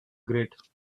grate